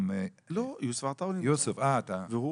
אם הוא